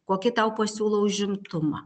kokį tau pasiūlo užimtumą